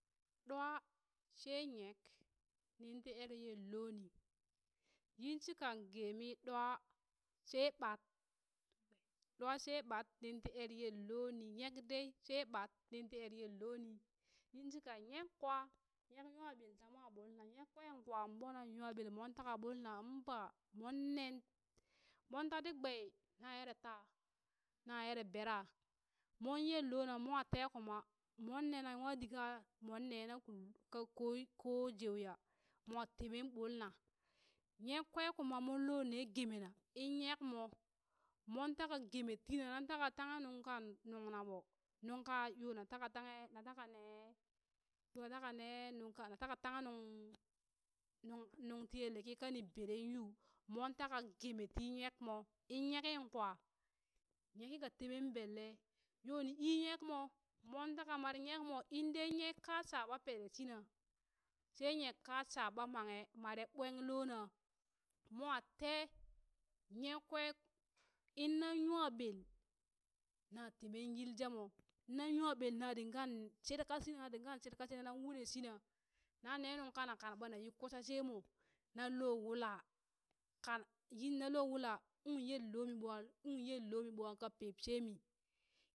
Ɗwa shee nyek nin ti ere yellooni yin shika gee mi ɗwa shee ɓat ɗwa shee ɓat nin ti ere yelloni nyek dai, she ɓat nin ti ere yelloo ni, yin shika nyek kwa nyek nwa ɓel ta moo mulna nyek kweŋ kwaŋ bo nan nwa ɓel mon taka ɓuli na in baa monne, mon tati gbei na ere taa na ere bera mon yelloo na mwa tee kuma moon nena nywadit kamon nena kullum ka koo ko jewya, mwa te meen ɓulina nyek kwee kuma moon loo ne geemee na in nyekmo mooon taka gyemee tina nan taka tanghe nunkan nunna ɓoo nunka yoo na taka tanghe na taka nee na taka nee nungka na taka tanghe nuŋ nuŋ nuŋ tiye liki kani beren yuu mon taka geemee ti nyek moo in nyekin kwa nyeki ka temen belle yoo ni ii nyek moo mon taka mare nyek moo indei nyek ka shaɓa pere shina she yek ka shaɓa manghe mare ɓweng loona moo tee nyek kwe innan nywabel na temee yiljemoh nan nyabel na dingan shirka shina nan shirka shina nan wune shina nanne nungka na kan ɓan yi kusha sheemo, nan loo wula kan yin nan loo wula uŋ yel loomi ɓwaa kung yele loo ɓwaa, ka pep shemi.